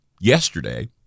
yesterday